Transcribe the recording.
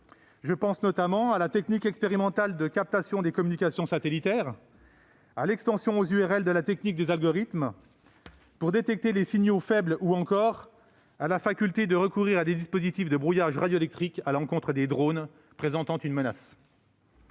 le cas de la technique expérimentale de captation des communications satellitaires, de l'extension aux URL de la technique des algorithmes pour détecter les signaux faibles, ou encore de la faculté de recourir à des dispositifs de brouillage radioélectrique à l'encontre de drones présentant une menace.